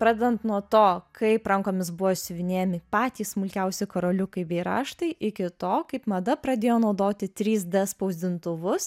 pradedant nuo to kaip rankomis buvo siuvinėjami patys smulkiausi karoliukai bei raštai iki to kaip mada pradėjo naudoti trys d spausdintuvus